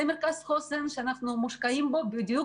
זה מרכז חוסן שאנחנו מושקעים בו בדיוק